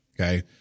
Okay